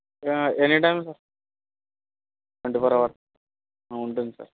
yeah anytime twenty four hours ఉంటుంది sir